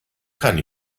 kann